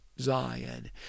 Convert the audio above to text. Zion